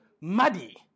muddy